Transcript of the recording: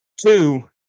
two